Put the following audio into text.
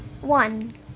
One